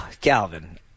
Calvin